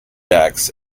decks